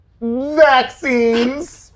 Vaccines